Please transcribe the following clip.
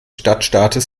stadtstaats